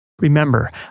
Remember